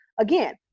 Again